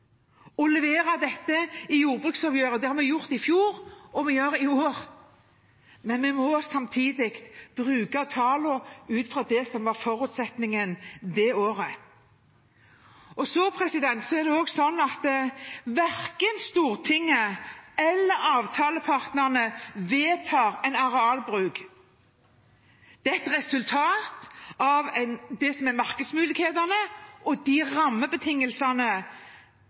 i fjor, og vi gjør det i år, men vi må samtidig bruke tallene ut fra det som var forutsetningen det året. Så er det også slik at verken Stortinget eller avtalepartene vedtar en arealbruk. Det er et resultat av markedsmulighetene og de rammebetingelsene som en legger for 40 000 private næringsdrivende, som bøndene er.